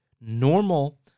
normal